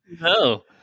No